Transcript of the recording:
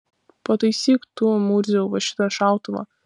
pataisyk tu murziau va šitą šautuvą